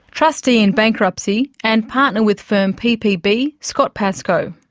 trustee in bankruptcy and partner with firm ppb scott pascoe.